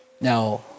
Now